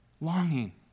longing